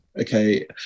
okay